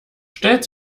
stellt